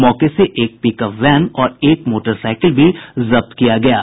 मौके से एक पिकअप वैन और एक मोटरसाइकिल भी जब्त किया गया है